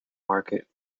market